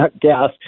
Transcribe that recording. gas